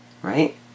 right